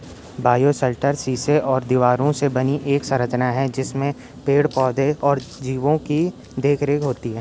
bioshelter शीशे और दीवारों से बनी एक संरचना है जिसमें पेड़ पौधे और जीवो की देखरेख होती है